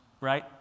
right